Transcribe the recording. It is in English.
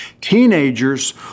teenagers